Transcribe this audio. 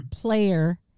player